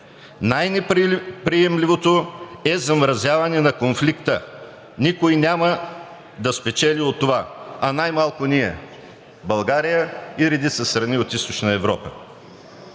Най-неприемливото е замразяване на конфликта – никой няма да спечели от това, а най-малко ние, България и редица страни от Източна Европа.